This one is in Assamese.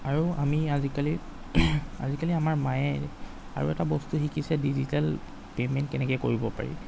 আৰু আমি আজিকালি আজিকালি আমাৰ মায়ে আৰু এটা বস্তু শিকিছে ডিজিটেল পেমেন্ট কেনেকৈ কৰিব পাৰি